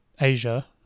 Asia